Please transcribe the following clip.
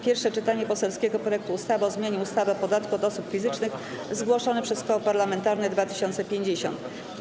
Pierwsze czytanie poselskiego projektu ustawy o zmianie ustawy o podatku od osób fizycznych, zgłoszony przez Koło Parlamentarne Polska 2050.